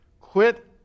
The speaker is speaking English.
quit